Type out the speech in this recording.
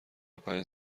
پنج